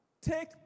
Take